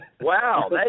Wow